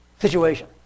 situation